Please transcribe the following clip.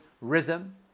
rhythm